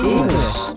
English